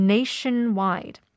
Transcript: Nationwide